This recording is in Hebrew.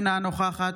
אינה נוכחת